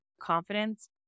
confidence